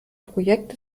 projekt